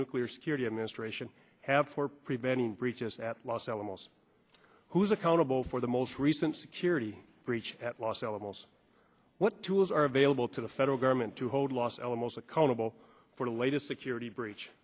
nuclear security administration have for preventing breaches at los alamos who's accountable for the most recent security breach at los alamos what tools are available to the federal government to hold los alamos accountable for the latest security breach